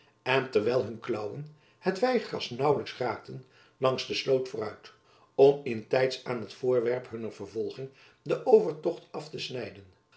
en terwijl hun klaauwen het weigras naauwlijks raakten langs de sloot vooruit om in tijds aan het voorwerp hunner vervolging den overtocht af te snijden